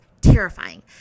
terrifying